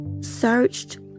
searched